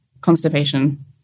constipation